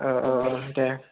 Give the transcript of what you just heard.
औ औ दे